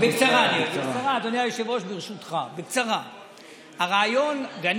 בקצרה, ברשותך, אדוני היושב-ראש.